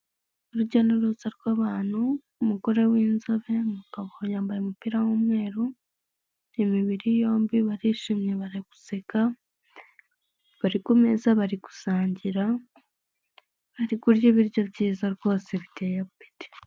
Urujya n'uruza rw'abantu, umugore w'inzobe, mugabo yambaye umupira w'umweru, ni imibiri yombi, barishimye, bari guseka, bari ku meza, bari gusangira, bari kurya ibiryo byiza rwose biteye apeti.